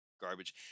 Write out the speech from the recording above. garbage